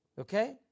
Okay